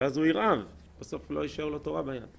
ואז הוא ירעב, בסוף לא יישאר לו תורה ביד